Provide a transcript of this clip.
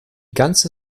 ganze